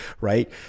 right